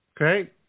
Okay